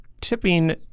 tipping